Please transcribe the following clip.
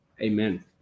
Amen